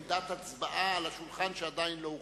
אין לו עמדת הצבעה על השולחן שעדיין לא הוכן.